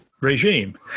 regime